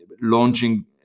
launching